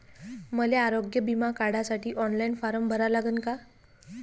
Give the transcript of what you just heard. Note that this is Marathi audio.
मले आरोग्य बिमा काढासाठी ऑनलाईन फारम भरा लागन का?